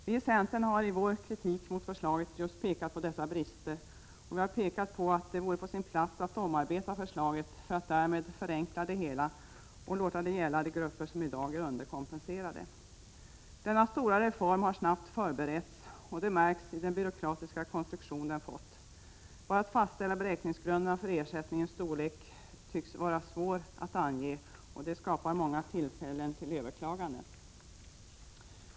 Viicentern har i vår kritik mot förslaget framhållit just dessa brister, och vi har pekat på att det vore på sin plats att omarbeta förslaget för att därmed förenkla det hela och låta det gälla de grupper som i dag är underkompenserade. Denna reform har förberetts snabbt, och det märks i den byråkratiska konstruktion den fått. Bara att fastställa beräkningsgrunderna för ersättningens storlek tycks vara svårt, och det skapar många tillfällen till överklaganden.